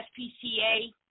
SPCA